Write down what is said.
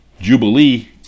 Jubilee